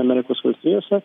amerikos valstijose